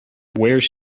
where